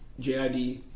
JID